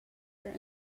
are